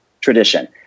tradition